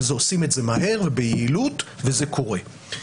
אבל עושים את זה מהר וביעילות וזה קורה.